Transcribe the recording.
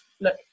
look